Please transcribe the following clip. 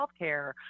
healthcare